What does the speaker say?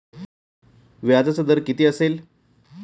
व्याजाचा दर किती असेल?